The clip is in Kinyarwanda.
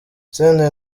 senderi